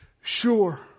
sure